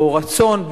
או רצון,